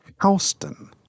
Houston